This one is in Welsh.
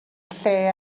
lle